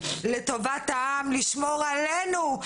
לטובת העם, לשמור עלינו.